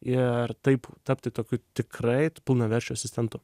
ir taip tapti tokiu tikrai pilnaverčiu asistentu